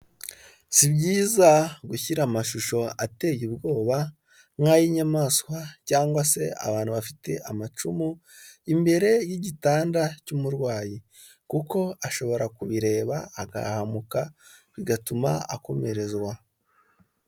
Si byiza gushyira amashusho ateye ubwoba nk'ay'inyamaswa cyangwa se abantu bafite amacumu imbere y'igitanda cy'umurwayi kuko ashobora kubireba agahahamuka bigatuma akomerezwa.